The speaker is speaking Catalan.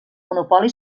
monopoli